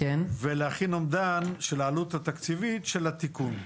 ולהכין אומדן של העלות התקציבית של התיקון.